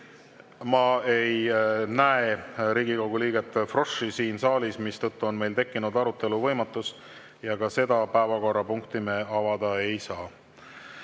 ma ei näe Riigikogu liiget Froschi siin saalis, mistõttu on meil tekkinud arutelu võimatus ja ka selle päevakorrapunkti arutelu me avada ei saa.